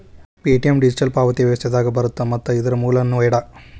Paytm digital ಪಾವತಿ ವ್ಯವಸ್ಥೆದಾಗ ಬರತ್ತ ಮತ್ತ ಇದರ್ ಮೂಲ ನೋಯ್ಡಾ